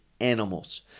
animals